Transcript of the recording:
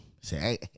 say